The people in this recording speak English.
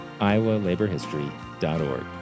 iowalaborhistory.org